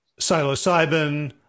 psilocybin